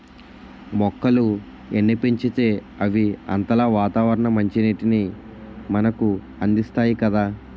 మొక్కలు ఎన్ని పెంచితే అవి అంతలా వాతావరణ మంచినీటిని మనకు అందిస్తాయి కదా